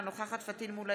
אינה נוכחת פטין מולא,